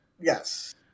Yes